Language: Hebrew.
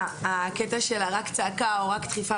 הקטע של הרק צעקה או רק דחיפה.